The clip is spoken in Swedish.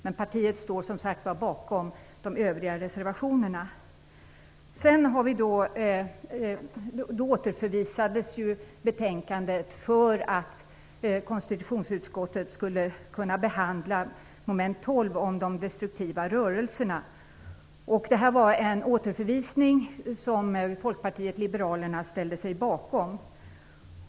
Men partiet står som sagt bakom de övriga reservationerna. Betänkandet återförvisades för att konstitutionsutskottet skulle kunna behandla mom. 12 om de destruktiva rörelserna. Det var en återförvisning som Folkpartiet liberalerna ställde sig bakom.